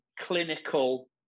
clinical